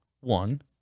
one